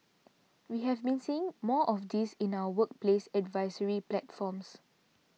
we have been seeing more of this in our workplace advisory platforms